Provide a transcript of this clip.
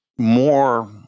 more